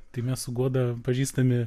tai mes su goda pažįstami